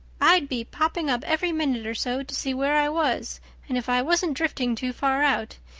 i'd be popping up every minute or so to see where i was and if i wasn't drifting too far out.